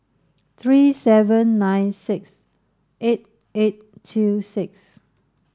three seven nine six eight eight two six